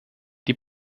die